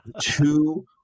two